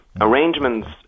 Arrangements